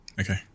Okay